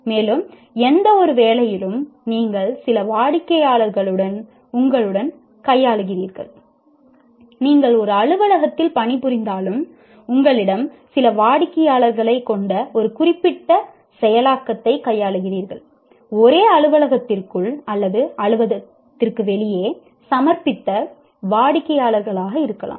மேலும் எந்தவொரு வேலையிலும் நீங்கள் சில வாடிக்கையாளர்களை உங்களுடன் கையாளுகிறீர்கள் நீங்கள் ஒரு அலுவலகத்தில் பணிபுரிந்தாலும் உங்களிடம் சில வாடிக்கையாளர்களைக் கொண்ட ஒரு குறிப்பிட்ட செயலாக்கத்தைக் கையாளுகிறீர்கள் ஒரே அலுவலகத்திற்குள் அல்லது அலுவலகத்திற்கு வெளியே சமர்ப்பித்த வாடிக்கையாளர்களாக இருக்கலாம்